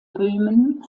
böhmen